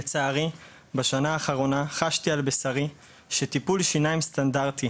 לצערי בשנה האחרונה חשתי על בשרי שטיפול שיניים סטנדרטי